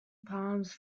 palms